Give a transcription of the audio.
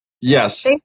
Yes